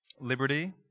liberty